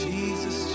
Jesus